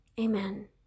amen